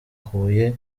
huye